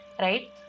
right